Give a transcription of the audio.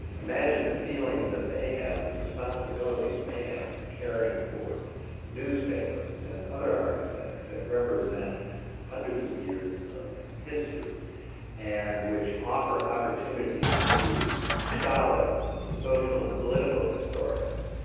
imagine the feelings that they have and the responsibilities they have for carrying forth newspapers and other artifacts that represent hundreds of years of history and which offer opportunities to scholars and to social and political historians,